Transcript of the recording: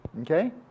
okay